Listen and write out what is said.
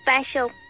special